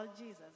Jesus